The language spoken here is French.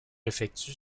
effectue